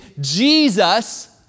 Jesus